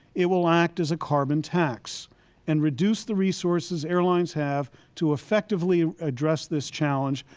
it will act as a carbon tax and reduce the resources airlines have to effectively address this challenge,